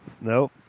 No